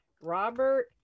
robert